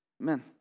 Amen